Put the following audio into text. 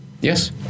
Yes